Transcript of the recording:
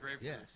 Yes